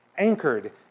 anchored